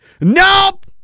Nope